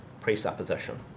presupposition